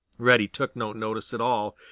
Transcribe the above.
reddy took no notice at all.